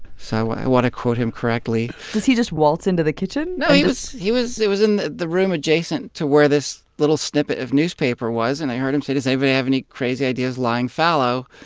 so i want to quote him correctly does he just waltz into the kitchen? no, he was he was it was in the room adjacent to where this little snippet of newspaper was. and i heard him say, does anybody have any crazy ideas lying fallow?